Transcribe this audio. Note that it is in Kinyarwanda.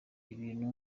ibintu